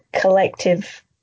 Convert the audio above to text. collective